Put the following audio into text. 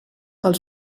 els